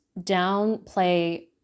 downplay